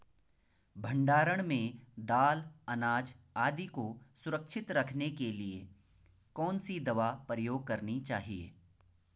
भण्डारण में दाल अनाज आदि को सुरक्षित रखने के लिए कौन सी दवा प्रयोग करनी चाहिए?